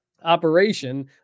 Operation